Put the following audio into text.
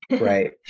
right